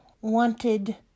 wanted